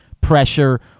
pressure